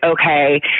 okay